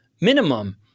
minimum